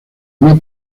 una